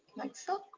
like so.